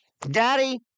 Daddy